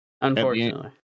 unfortunately